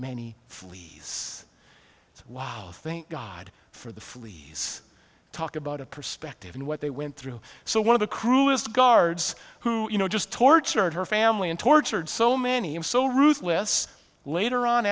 many fleas wow thank god for the fleas talk about a perspective and what they went through so one of the cruellest guards who you know just tortured her family and tortured so many and so ruthless later on